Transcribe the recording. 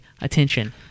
attention